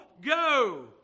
go